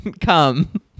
come